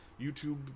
YouTube